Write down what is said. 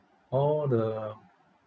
all the